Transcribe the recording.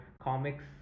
comics